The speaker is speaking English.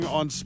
on